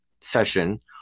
session